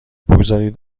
بگذارید